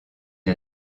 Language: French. une